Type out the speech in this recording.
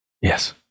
Yes